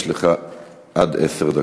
יש לך עד עשר דקות.